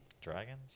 Dragons